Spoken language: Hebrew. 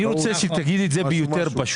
אני רוצה שהיא תגיד את זה יותר פשוט,